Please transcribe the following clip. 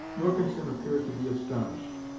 mercanson appeared to be astonished.